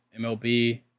MLB